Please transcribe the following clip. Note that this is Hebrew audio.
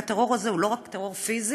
והטרור הזה הוא לא רק טרור פיזי,